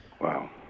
Wow